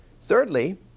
Thirdly